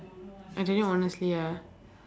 I tell you honestly ah